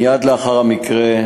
מייד לאחר המקרה,